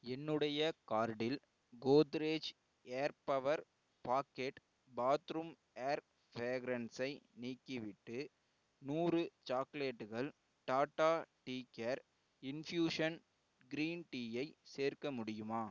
என்னுடைய கார்ட்டில் Godrej air power pocket bathroom air ஃபிரேக்ரன்ஸை நீக்கிவிட்டு நூறு சாக்லெட்டுகள் Tata tea care infusion green டீயை சேர்க்க முடியுமா